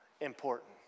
important